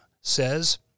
says